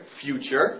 future